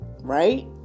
right